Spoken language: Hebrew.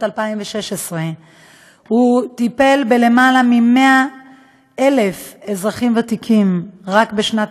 2016. הוא טיפל בלמעלה מ-100,000 אזרחים ותיקים רק בשנת